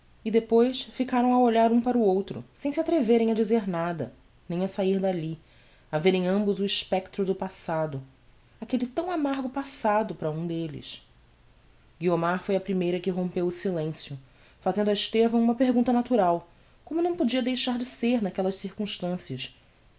e depois ficaram a olhar um para o outro sem se atreverem a dizer nada nem a sair dalli a verem ambos o espectro do passado aquelle tão amargo passado para um delles guiomar foi a primeira que rompeu o silencio fazendo a estevão uma pergunta natural como não podia deixar de ser naquellas circumstancias